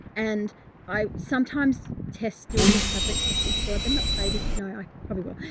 and i sometimes tests do a little fabric tests in store, but not say this. no, i probably will.